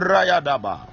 Rayadaba